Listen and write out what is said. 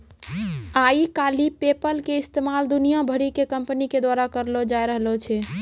आइ काल्हि पेपल के इस्तेमाल दुनिया भरि के कंपनी के द्वारा करलो जाय रहलो छै